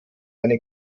eine